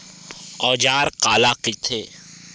औजार काला कइथे?